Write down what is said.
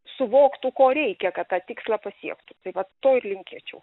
suvoktų ko reikia kad tą tikslą pasiektų tai vat to ir linkėčiau